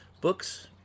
books